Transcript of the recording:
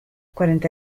cuarenta